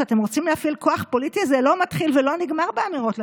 כשאתם רוצים להפעיל כוח פוליטי זה לא מתחיל ולא נגמר באמירות לתקשורת,